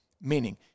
Meaning